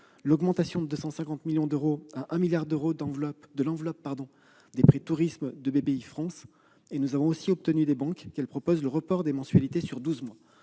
augmentation de 250 millions à 1 milliard d'euros de l'enveloppe des prêts tourisme de BPI France. Par ailleurs, nous avons obtenu des banques qu'elles proposent le report des mensualités sur douze mois.